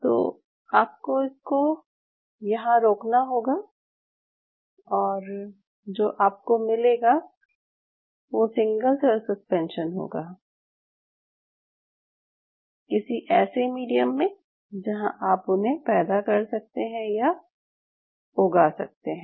तो आपको इसको यहाँ रोकना होगा और जो आपको मिलेगा वो सिंगल सेल सस्पेंशन होगा किसी ऐसे मीडियम में जहाँ आप उन्हें पैदा कर सकते हैं या उगा सकते हैं